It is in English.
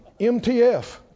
MTF